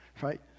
Right